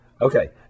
Okay